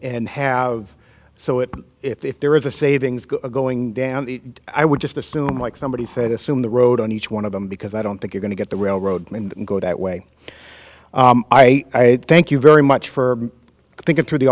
and have so it if there is a savings going down i would just assume like somebody said assume the road on each one of them because i don't think we're going to get the railroad and go that way i thank you very much for thinking through the